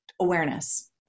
awareness